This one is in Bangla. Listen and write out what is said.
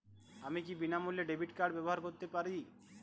আমি কি বিনামূল্যে ডেবিট কার্ড ব্যাবহার করতে পারি?